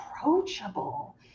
approachable